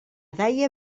daia